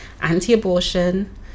anti-abortion